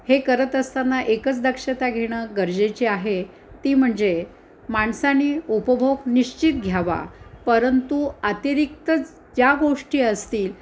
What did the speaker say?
हे करत असताना एकच दक्षता घेणं गरजेची आहे ती म्हणजे माणसानी उपभोग निश्चित घ्यावा परंतु अतिरिक्तच ज्या गोष्टी असतील